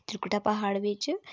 त्रिकुटा प्हाड़ बिच्च